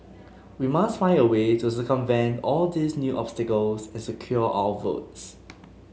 we must find a way to circumvent all these new obstacles and secure our votes